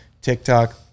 TikTok